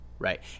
Right